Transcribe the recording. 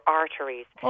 arteries